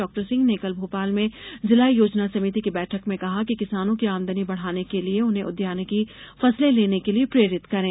doctor Singh ने कल भोपाल में जिला योजना समिति की बैठक में कहा कि किसानों की आमदनी बढ़ाने के लिए उन्हें उद्यानिकी फसलें लेने के लिए प्रेरित करें